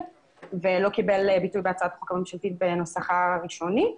ולא קיבל ביטוי בהצעת החוק הממשלתית בנוסחה הראשוני.